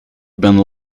бен